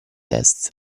test